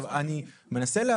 עכשיו, אני מנסה להבין.